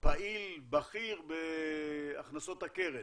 פעיל בכיר בהכנסות הקרן,